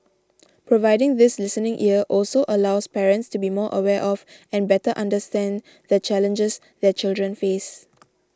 providing this listening ear also allows parents to be more aware of and better understand the challenges their children face